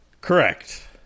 Correct